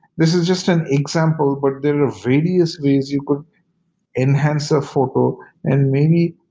this is just an example, but there are various ways you could enhance a photo and maybe